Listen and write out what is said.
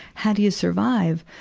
how do you survive?